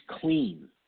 clean